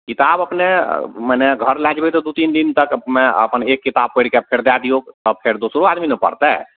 किताब अपने मने घर लए जेबय तऽ दू तीन दिन तकमे अपन एक किताब पढ़ि कऽ फेर दए दियौ तब फेर दोसरो आदमी ने पढ़तय